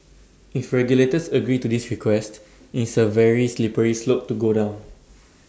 if regulators agree to this request IT is A very slippery slope to go down